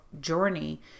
journey